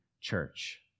church